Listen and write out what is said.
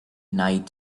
night